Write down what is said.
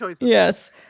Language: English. yes